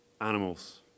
animals